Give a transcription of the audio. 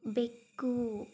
ಬೆಕ್ಕು